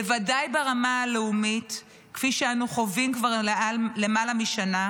בוודאי ברמה הלאומית כפי שאנו חווים כבר למעלה משנה,